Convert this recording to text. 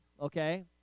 okay